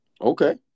Okay